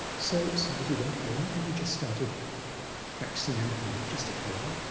so sayagyi went home and he just started practicing anapana just at home,